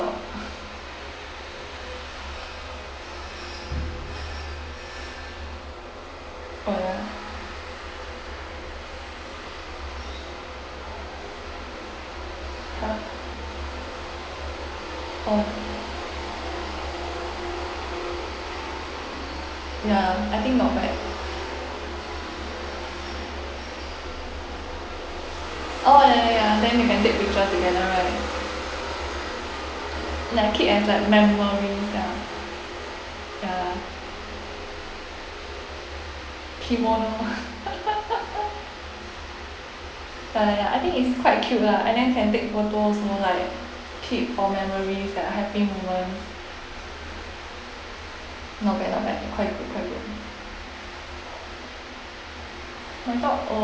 orh ya oh ya I think not bad orh ya ya ya then you can take picture together right like keep as like memory ya ya kimono ya ya ya I think is quite cute lah and then can take photos you know like keep for memories like happy moment not bad not bad quite good quite good